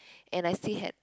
and I see had